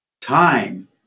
time